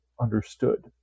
understood